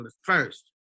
first